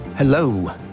Hello